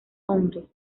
hombres